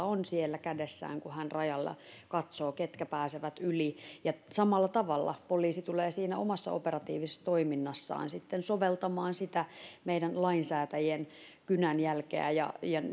on siellä kädessään kun hän rajalla katsoo ketkä pääsevät yli samalla tavalla poliisi tulee omassa operatiivisessa toiminnassaan sitten soveltamaan sitä meidän lainsäätäjien kynänjälkeä ja